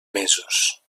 mesos